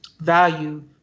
value